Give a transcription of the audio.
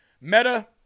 Meta